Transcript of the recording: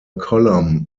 column